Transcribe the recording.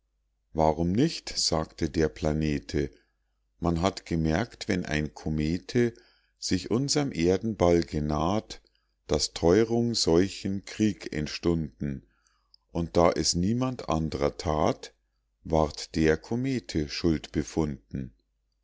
warum nicht sagte der planete man hat gemerkt wenn ein comete sich unserm erdenball genaht daß theurung seuchen krieg entstunden und da es niemand andrer that ward der comete schuld befunden